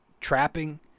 Trapping